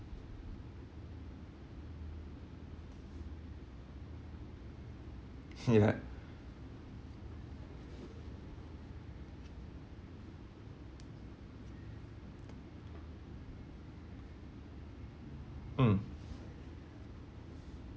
ya mm